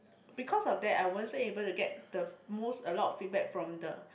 because of that I wasn't able to get the most a lot of feedback from the